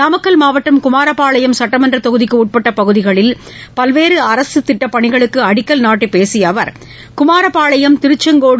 நாமக்கல் மாவட்டம் குமாரபாளையம் சட்டமன்ற தொகுதிக்கு உட்பட்ட பகுதிகளில் பல்வேறு அரசு திட்டப்பணிகளுக்கு அடிக்கல் நாட்டி பேசிய அவர் குமாரபாளையம் திருச்செங்கோடு